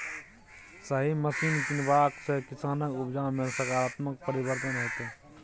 सही मशीन कीनबाक सँ किसानक उपजा मे सकारात्मक परिवर्तन हेतै